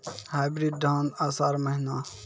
Hybrid धान आषाढ़ महीना?